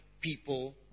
people